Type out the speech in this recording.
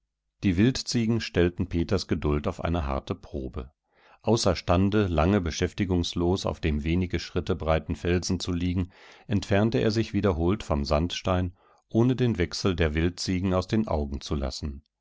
die wildziegen stellten peters geduld auf eine harte probe außerstande lange beschäftigungslos auf dem wenige schritte breiten felsen zu liegen entfernte er sich wiederholt vom sandstein ohne den wechsel der wildziegen aus den augen zu lassen